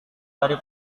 dari